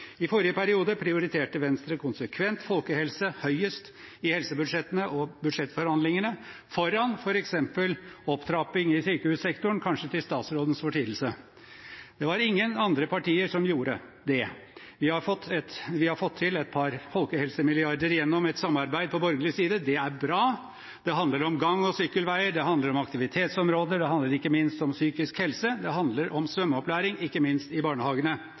I forrige periode prioriterte Venstre konsekvent folkehelse høyest i helsebudsjettene og budsjettforhandlingene, foran f.eks. opptrapping i sykehussektoren – kanskje til statsrådens fortvilelse. Det var ingen andre partier som gjorde det. Vi har fått til et par folkehelsemilliarder gjennom et samarbeid på borgerlig side. Det er bra. Det handler om gang- og sykkelveier, det handler om aktivitetsområder, det handler ikke minst om psykisk helse, og det handler om svømmeopplæring – ikke minst i barnehagene.